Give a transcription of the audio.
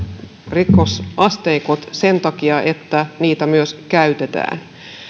rikosasteikot sen takia että niitä myös käytetään